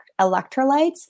electrolytes